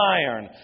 iron